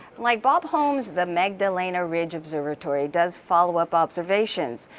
like bob holmes, the magdalena ridge observatory does followup observations.